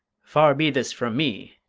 far be this from me,